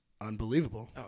unbelievable